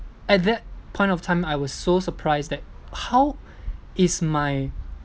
at that point of time I was so surprised that how is my